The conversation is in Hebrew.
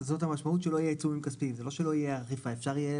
כרטיסי האשראי,